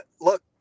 look